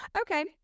okay